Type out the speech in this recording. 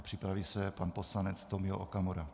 Připraví se pan poslanec Tomio Okamura.